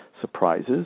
surprises